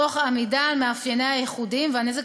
תוך עמידה על מאפייניה הייחודיים והנזק